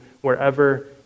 wherever